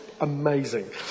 amazing